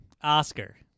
Oscar